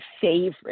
favorite